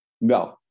No